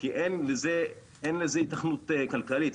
כי אין לזה היתכנות כלכלית,